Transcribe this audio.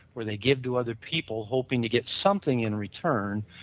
where they give to other people hoping to get something in return.